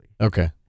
Okay